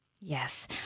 Yes